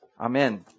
Amen